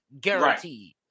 guaranteed